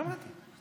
שמעתי.